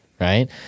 Right